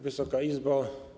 Wysoka Izbo!